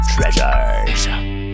Treasures